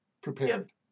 prepared